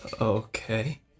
Okay